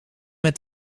met